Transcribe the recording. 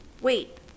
Wait